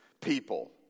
people